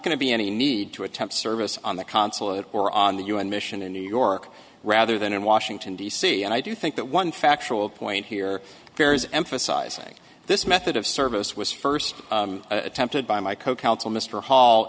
going to be any need to attempt service on the consulate or on the u n mission in new york rather than in washington d c and i do think that one factual point here there is emphasizing this method of service was first attempted by my